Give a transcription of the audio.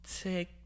take